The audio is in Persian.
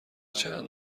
چند